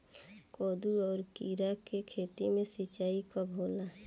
कदु और किरा के खेती में सिंचाई कब होला?